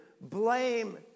blame